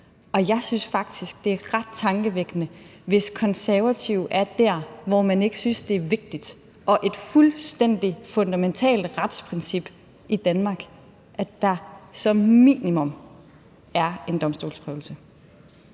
Og jeg synes faktisk, det er ret tankevækkende, hvis Konservative er der, hvor man ikke synes, at det er vigtigt og et fuldstændig fundamentalt retsprincip i Danmark, at der som minimum er en domstolsprøvelse.